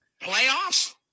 playoffs